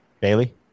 Bailey